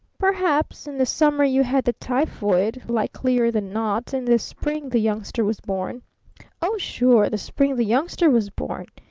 perhaps and the summer you had the typhoid, likelier than not and the spring the youngster was born oh, sure, the spring the youngster was born!